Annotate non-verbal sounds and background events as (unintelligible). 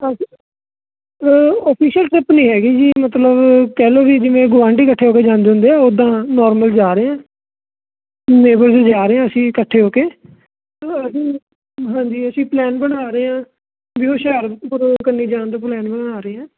ਅਸੀਂ official trip ਨਹੀਂ ਹੈਗੀ ਜੀ ਮਤਲਬ ਕਹਿ ਲਓ ਵੀ ਜਿਵੇਂ ਗੁਆਂਢੀ ਇਕੱਠੇ ਹੋ ਕੇ ਜਾਂਦੇ ਹੁੰਦੇ ਆ ਓਦਾਂ ਨੋਰਮਲ ਜਾ ਰਹੇ ਹਾਂ ਨੇਬਰਜ਼ ਜਾ ਰਹੇ ਹਾਂ ਅਸੀਂ ਇਕੱਠੇ ਹੋ ਕੇ (unintelligible) ਹਾਂਜੀ ਅਸੀਂ ਪਲੈਨ ਬਣਾ ਰਹੇ ਹਾਂ ਵੀ ਹੁਸ਼ਿਆਰਪੁਰ ਕੰਨੀ ਜਾਣ ਦਾ ਪਲੈਨ ਬਣਾ ਰਹੇ ਹਾਂ